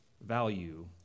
value